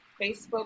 Facebook